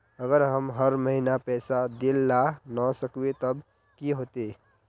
अगर हम हर महीना पैसा देल ला न सकवे तब की होते?